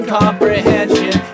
comprehension